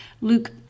Luke